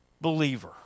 believer